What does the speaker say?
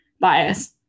bias